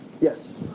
Yes